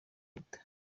leta